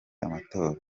amatora